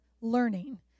learning